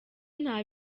nta